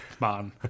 man